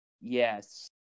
Yes